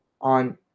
on